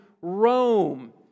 Rome